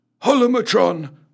Holomatron